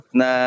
na